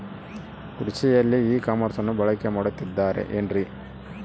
ಕೃಷಿಯಲ್ಲಿ ಇ ಕಾಮರ್ಸನ್ನ ಬಳಕೆ ಮಾಡುತ್ತಿದ್ದಾರೆ ಏನ್ರಿ?